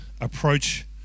approach